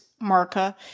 Marca